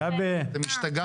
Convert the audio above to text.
אתם השתגעתם.